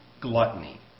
gluttony